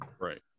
Right